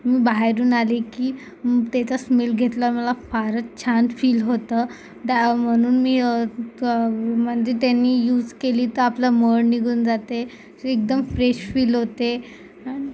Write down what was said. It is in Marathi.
मी बाहेरून आले की त्याचा स्मेल घेतला मला फारच छान फील होतं त्या म्हणून मी त म्हणजे त्यांनी यूज केली तर आपलं मळ निघून जाते असं एकदम फ्रेश फील होते आण